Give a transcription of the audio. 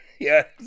Yes